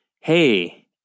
hey